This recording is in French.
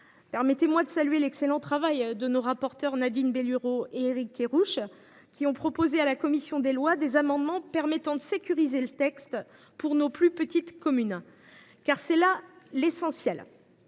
Permettez moi de saluer l’excellent travail de nos rapporteurs, Nadine Bellurot et Éric Kerrouche, qui ont proposé à la commission des lois d’adopter des amendements, afin de sécuriser le texte pour nos plus petites communes. Car c’est bien là